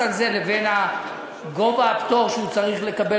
על זה לבין גובה הפטור שהוא צריך לקבל,